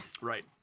Right